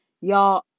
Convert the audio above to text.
Y'all